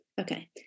Okay